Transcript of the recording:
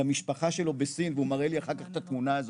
למשפחה שלו בסין והוא מראה לי אחר כך את התמונה הזאת,